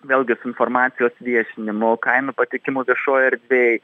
vėlgi su informacijos viešinimu kainų pateikimu viešoj erdvėj